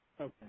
Okay